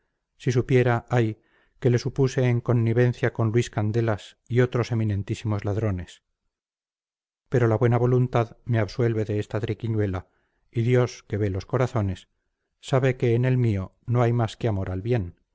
si supiera ay que le supuse en connivencia con luis candelas y otros eminentísimos ladrones pero la buena voluntad me absuelve de esta triquiñuela y dios que ve los corazones sabe que en el mío no hay más que amor al bien